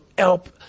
Help